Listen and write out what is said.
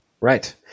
Right